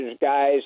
guys